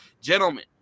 Gentlemen